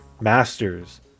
masters